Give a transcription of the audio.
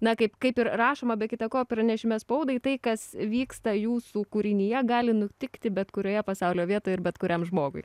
na kaip kaip ir rašoma be kita ko pranešime spaudai tai kas vyksta jūsų kūrinyje gali nutikti bet kurioje pasaulio vietoj ir bet kuriam žmogui